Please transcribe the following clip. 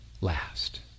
last